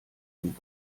dem